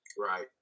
Right